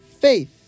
faith